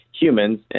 humans